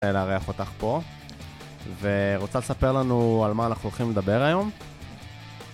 לארח אותך פה, ורוצה לספר לנו על מה אנחנו הולכים לדבר היום?